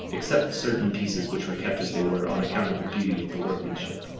except certain pieces which were kept as they were, on account of the beauty of the workmanship.